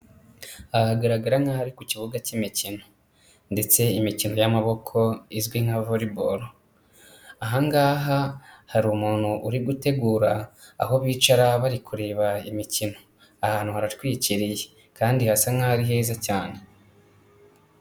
Aha hagaragara nk'aho ari ku kibuga cy'imikino. Ndetse imikino y'amaboko izwi nka volleyball aha ngaha hari umuntu uri gutegura aho bicara bari kureba imikino. Ahantu haratwikiriye kandi hasa nkaho ari heza cyane.